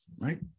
right